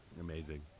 Amazing